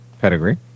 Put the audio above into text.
pedigree